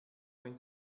wenn